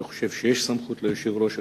אני חושב שיש סמכות ליושב-ראש.